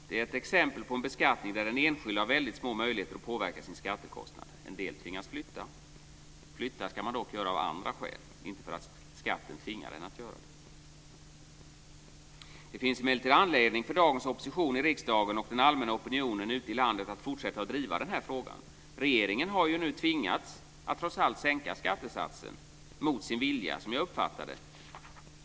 Den är ett exempel på en beskattning där den enskilde har väldigt små möjligheter att påverka sin skattekostnad. En del tvingas flytta. Flytta ska man dock göra av andra skäl, inte för att skatten tvingar en att göra det. Det finns emellertid anledning för dagens opposition i riksdagen och den allmänna opinionen ute i landet att fortsätta att driva den här frågan. Regeringen har ju nu trots allt tvingats att sänka skattesatsen - mot sin vilja, som jag uppfattar det.